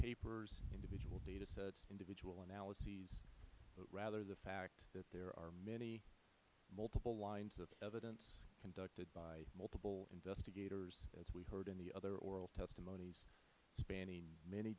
papers individual data sets individual analyses but rather the fact that there are many multiple lines of evidence conducted by multiple investigators as we heard in the other oral testimonies spanning many